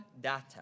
data